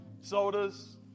sodas